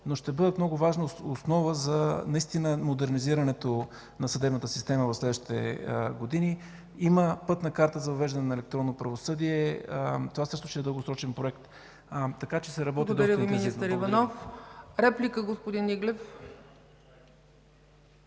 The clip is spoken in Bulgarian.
но ще бъдат много важна основа за наистина модернизирането на съдебната система в следващите години. Има пътна карта за въвеждане на електронно правосъдие. Това също ще е дългосрочен проект, така че се работи доста интензивно.